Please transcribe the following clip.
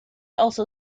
also